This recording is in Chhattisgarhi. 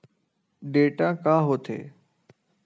डेटा का होथे?